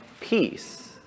peace